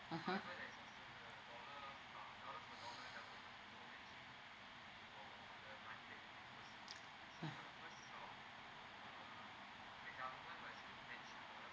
mmhmm